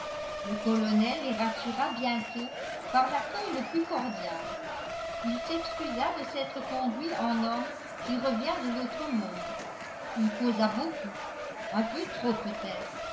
le colonel les rassura bientôt par l'accueil le plus cordial il s'excusa de s'être conduit en homme qui revient de l'autre monde il causa beaucoup un peu trop peut-être